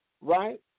right